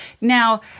Now